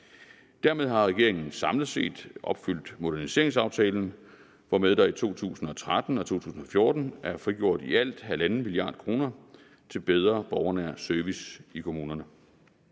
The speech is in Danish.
Dermed har regeringen samlet set opfyldt moderniseringsaftalen, hvormed der i 2013 og 2014 er frigjort i alt 1½ mia. kr. til bedre borgernær service i kommunerne.